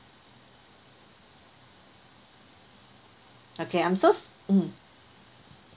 okay I'm so so~ um